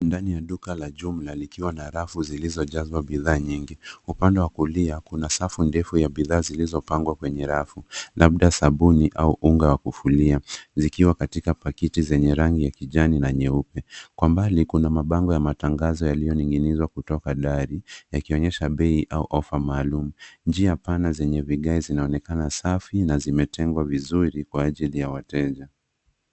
Ndani ya duka la jumla likiwa na rafu zilizojazwa bidhaa nyingi. Upande wa kulia kuna safu ndefu ya bidhaa zilizopangwa kwenye rafu, labda sabuni au unga wa kufulia, zikiwa katika pakiti zenye rangi ya kijani na nyeupe. Kwa mbali kuna mabango ya matangazo yaliyoning'izwa kutoka dari, yakionyesha bei au offer maalum. Njia pana zenye vigae zinaonekana safi na zimetengwa vizuri kwa ajili ya wateja.